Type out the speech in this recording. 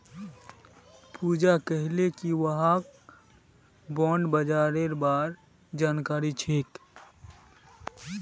पूजा कहले कि वहाक बॉण्ड बाजारेर बार जानकारी छेक